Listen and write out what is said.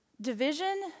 Division